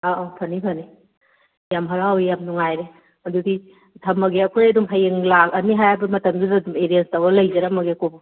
ꯑꯥ ꯑꯥ ꯐꯅꯤ ꯐꯅꯤ ꯌꯥꯝ ꯍꯔꯥꯎꯋꯤ ꯌꯥꯝ ꯅꯨꯡꯉꯥꯏꯔꯦ ꯑꯗꯨꯗꯤ ꯊꯝꯃꯒꯦ ꯑꯩꯈꯣꯏ ꯑꯗꯨꯝ ꯍꯌꯦꯡ ꯂꯥꯛꯑꯅꯤ ꯍꯥꯏꯕ ꯃꯇꯝꯗꯨꯗ ꯑꯗꯨꯝ ꯑꯦꯔꯦꯟꯔꯦꯖ ꯇꯧꯔꯒ ꯂꯩꯖꯔꯝꯃꯒꯦꯀꯣ